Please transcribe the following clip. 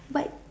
but